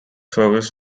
service